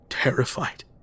Terrified